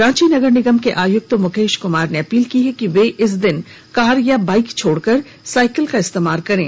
रांची नगर निगम के आयुक्त मुकेश कुमार ने अपील की है कि वे इस दिन कार या बाईक को छोड़कर साइकिल का इस्तेमाल करे